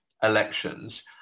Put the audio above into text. elections